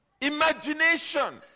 imagination